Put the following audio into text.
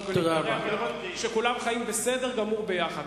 לבוא ולראות שכולם חיים בסדר גמור ביחד.